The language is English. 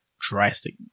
drastic